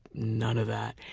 none of that.